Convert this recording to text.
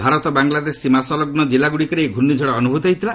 ଭାରତ ବାଙ୍ଗଲାଦେଶ ସୀମାସଲଗୁ କିଲ୍ଲାଗୁଡ଼ିକରେ ଏହି ଘର୍ଷ୍ଣିଝଡ଼ ଅନୁଭୂତ ହୋଇଥିଲା